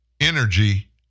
energy